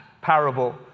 parable